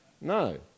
no